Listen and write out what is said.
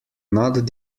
not